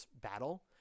battle